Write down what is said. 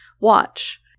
watch